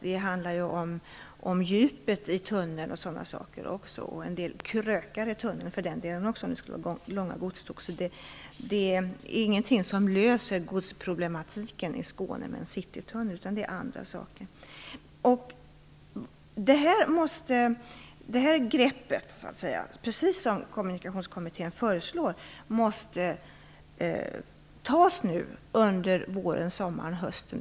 Det handlar om djupet i tunneln, och för den delen också om en del krökar i tunneln, om det skall gå långa godståg. Citytunneln är ingenting som löser godsproblematiken i Skåne, utan det handlar om andra saker. Precis som Kommunikationskommittén föreslår måste man nu ta detta grepp under våren, sommaren och hösten.